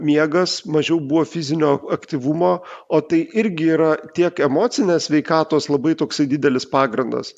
miegas mažiau buvo fizinio aktyvumo o tai irgi yra tiek emocinės sveikatos labai toksai didelis pagrindas